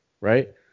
right